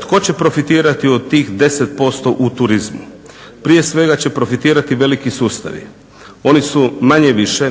Tko će profitirati od tih 10% u turizmu? Prije svega će profitirati veliki sustavi. Oni su manje-više,